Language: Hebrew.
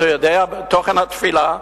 לתוכן התפילה?